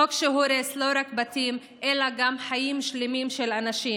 חוק שהורס לא רק בתים אלא גם חיים שלמים של אנשים.